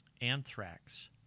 anthrax